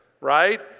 right